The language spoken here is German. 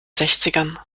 sechzigern